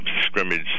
scrimmage